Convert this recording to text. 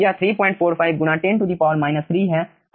यह 345 गुणा 10 3 है